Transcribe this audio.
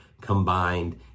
combined